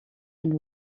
and